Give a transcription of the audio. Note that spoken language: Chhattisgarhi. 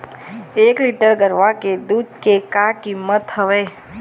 एक लीटर गरवा के दूध के का कीमत हवए?